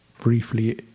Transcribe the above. briefly